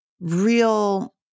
real